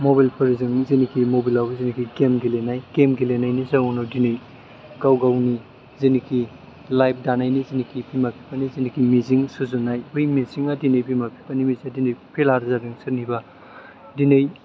mobile फोरजों जेनेखि मबाइलाव जेनेखि गेम गेलेनाय गेम गेलेनायनि जाउनाव दिनै गाव गावनि जिनेखि लाइफ दानायनि जिनेखि बिमा बिफानि जिनेखि मिजिं सुजुनाय बै मिजिङा दिनै बिमा बिफानि बायदि फैलार जादों सोरनिबा दिनै